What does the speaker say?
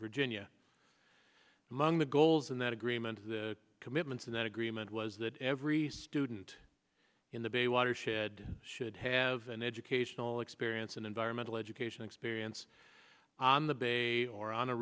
virginia among the goals in that agreement is the commitments in that agreement was that every student in the bay watershed should have an educational experience and environmental education experience on the bay or on a